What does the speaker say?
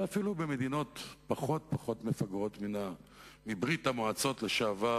ואפילו במדינות פחות מפגרות מברית-המועצות לשעבר